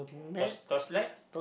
torch torchlight